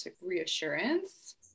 reassurance